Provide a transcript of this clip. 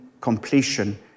completion